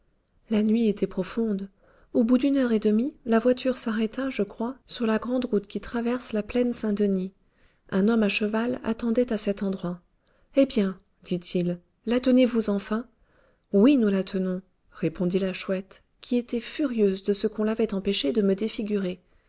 la nuit était profonde au bout d'une heure et demie la voiture s'arrêta je crois sur la grande route qui traverse la plaine saint-denis un homme à cheval attendait à cet endroit eh bien dit-il la tenez-vous enfin oui nous la tenons répondit la chouette qui était furieuse de ce qu'on l'avait empêchée de me défigurer